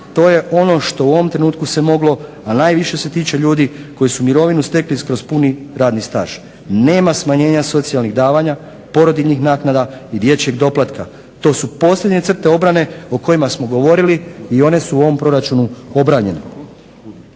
to je ono što u ovom trenutku se moglo a najviše se tiče ljudi koji su mirovinu stekli kroz puni radni staž. Nema smanjenja socijalnih davanja, porodiljnih naknada i dječjeg doplatka. To su posljednje crte obrane o kojima smo govorili i one su u ovom proračunu obranjene.